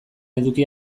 eduki